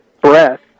breath